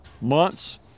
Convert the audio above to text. Months